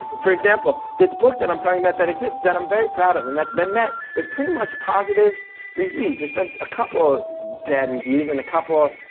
for example, this book that i'm talking about, that exists, that i'm very proud of, and that's been met with pretty much positive reviews, there's been a couple bad reviews and a couple,